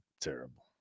terrible